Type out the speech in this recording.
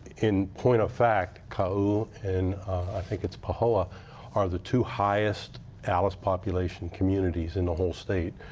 in point of fact, ka'u and i think it's pahoa are the two highest alice populations communities in the whole state.